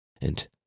and